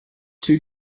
two